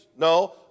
No